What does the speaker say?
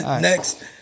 Next